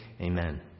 amen